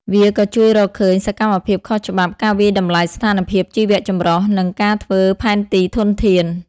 វាក៏ជួយរកឃើញសកម្មភាពខុសច្បាប់ ការវាយតម្លៃស្ថានភាពជីវៈចម្រុះ និងការធ្វើផែនទីធនធាន។